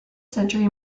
century